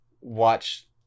watch